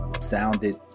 sounded